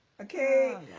Okay